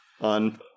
on